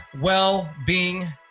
Well-being